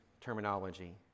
terminology